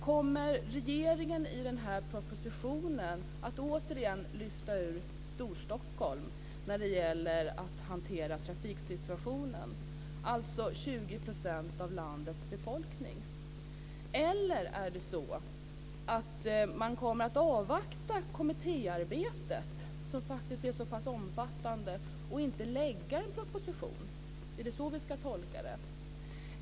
Kommer regeringen i denna proposition att återigen lyfta ur Storstockholm när det gäller att hantera trafiksituationen, alltså 20 % av landets befolkning? Eller kommer man att avvakta kommittéarbetet som faktiskt är så pass omfattande och inte lägga fram en proposition? Är det så vi ska tolka det?